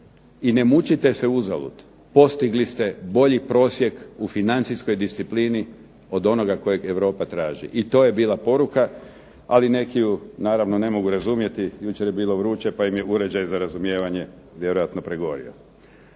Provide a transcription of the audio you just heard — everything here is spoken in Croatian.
i ne mučite se uzalud, postigli ste bolji prosjek u financijskoj disciplini od onoga kojeg Europa traži. I to je bila poruka. Ali neki ju naravno ne mogu razumjeti, jučer je bilo vruće, pa im je uređaj za razumijevanje vjerojatno pregorio.